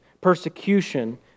persecution